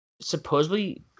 supposedly